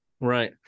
Right